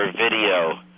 video